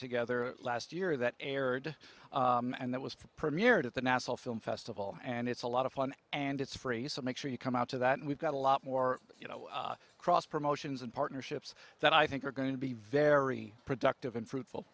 together last year that aired and that was premiered at the national film festival and it's a lot of fun and it's free so make sure you come out to that and we've got a lot more you know cross promotions and partnerships that i think are going to be very productive unfruitful